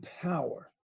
power